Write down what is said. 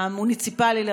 לרמה המוניציפלית,